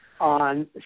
on